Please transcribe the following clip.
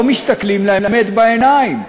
לא מסתכלים לאמת בעיניים.